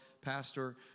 Pastor